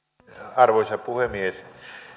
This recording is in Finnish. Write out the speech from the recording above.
arvoisa puhemies